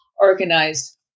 organized